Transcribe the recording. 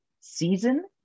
season